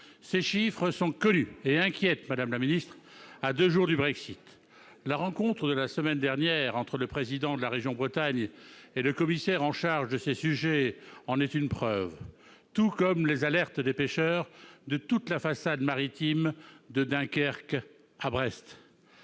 ces chiffres sont connus et inquiètent, à deux jours du Brexit. La rencontre de la semaine dernière entre le président de la région Bretagne et le commissaire en charge de ces sujets en est une preuve, tout comme les alertes des pêcheurs de toute la façade maritime de Dunkerque à Brest.